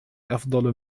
أفضل